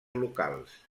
locals